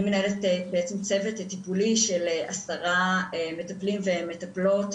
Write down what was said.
אני מנהלת בעצם צוות לטיפול ציבורי של עשרה מטפלים ומטפלות,